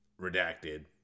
redacted